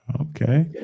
Okay